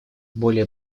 более